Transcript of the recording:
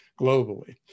globally